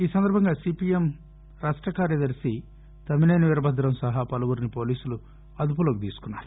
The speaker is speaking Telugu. ఈ సందర్బంగా సీపీఎం రాష్ట కార్యదర్భి తమ్మినేని వీరభద్రం సహా పలువురిని పోలీసులు అదుపులోకి తీసుకున్నారు